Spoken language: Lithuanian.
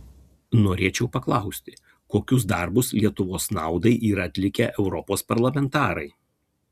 norėčiau paklausti kokius darbus lietuvos naudai yra atlikę europos parlamentarai